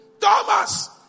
Thomas